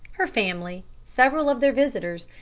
her family, several of their visitors,